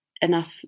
enough